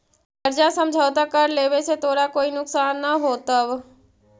कर्जा समझौता कर लेवे से तोरा कोई नुकसान न होतवऽ